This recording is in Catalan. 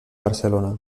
barcelona